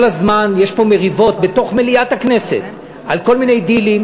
כל הזמן יש מריבות פה במליאת הכנסת על כל מיני דילים,